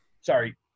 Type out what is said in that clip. sorry